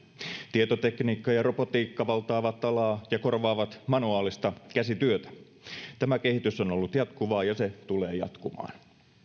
tietotekniikka ja robotiikka valtaavat alaa ja korvaavat manuaalista käsityötä tämä kehitys on ollut jatkuvaa ja se tulee jatkumaan